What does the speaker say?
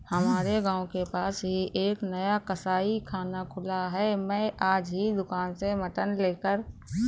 हमारे गांव के पास ही एक नया कसाईखाना खुला है मैं आज ही दुकान से मटन लेकर आया